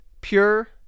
pure